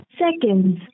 seconds